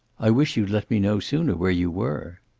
i wish you'd let me know sooner where you were.